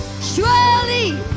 Surely